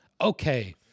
okay